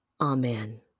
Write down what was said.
Amen